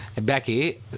Becky